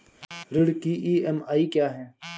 ऋण की ई.एम.आई क्या है?